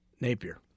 Napier